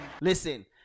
Listen